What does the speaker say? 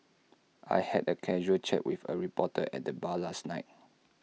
I had A casual chat with A reporter at the bar last night